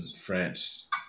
France